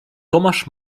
tomasz